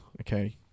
Okay